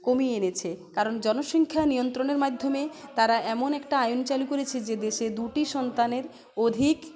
কমিয়ে এনেছে কারণ জনসংখ্যা নিয়ন্ত্রণের মাধ্যমে তারা এমন একটা আইন চালু করেছে যে দেশে দুটি সন্তানের অধিক